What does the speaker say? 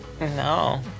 no